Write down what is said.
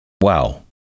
Wow